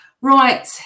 Right